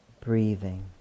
Breathing